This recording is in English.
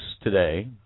today